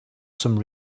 some